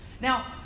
Now